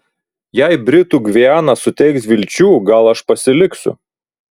jei britų gviana suteiks vilčių gal aš pasiliksiu